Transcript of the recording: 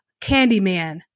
Candyman